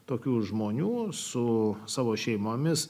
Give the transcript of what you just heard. tokių žmonių su savo šeimomis